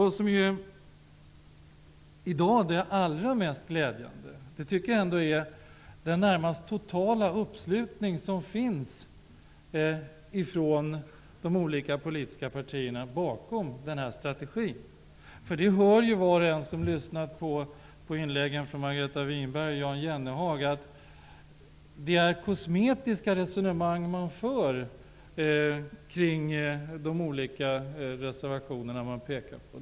Vad som i dag är det allra mest glädjande är den närmast totala uppslutningen från de olika politiska partierna bakom denna strategi. Margareta Winberg och Jan Jennehag hörde att det är rent kosmetiska resonemang man för beträffande de olika reservationerna.